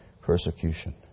persecution